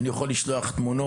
אני יכול גם לשלוח תמונות.